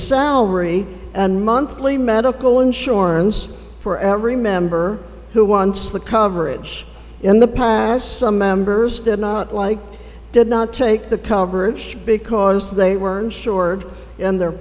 salary and monthly medical insurance for every member who wants the coverage in the past some members did not like it did not take the coverage because they were insured in their